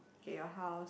get your house